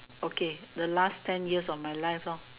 okay the last ten years of my life lor